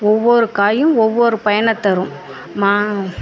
ஒவ்வொரு காயும் ஒவ்வொரு பயனை தரும் மா